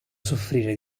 soffrire